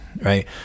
right